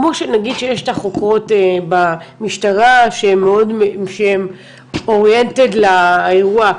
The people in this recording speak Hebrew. נגיד שיש את החוקרות במשטרה, שהם oriented לאירוע,